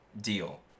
deal